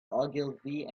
ogilvy